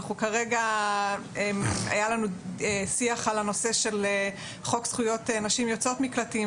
אנחנו כרגע היה לנו שיח על הנושא של חוק זכויות נשים יוצאות מקלטים,